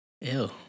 Ew